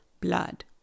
blood